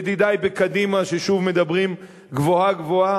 ידידי בקדימה, ששוב מדברים גבוהה גבוהה.